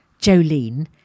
Jolene